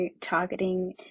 targeting